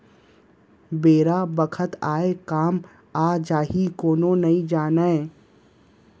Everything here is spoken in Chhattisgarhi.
बेरा बखत काय काम आ जाही कोनो नइ जानय